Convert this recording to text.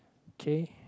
okay